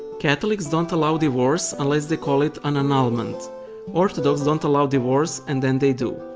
catholics don't allow divorce unless they call it an annulment orthodox don't allow divorce and then they do.